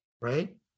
right